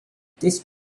disc